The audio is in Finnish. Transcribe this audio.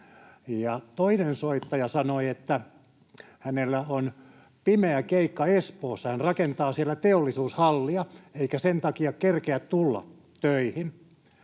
Toinen soittaja sanoi, että hänellä on pimeä keikka Espoossa, hän rakentaa siellä teollisuushallia eikä sen takia kerkeä tulla töihin.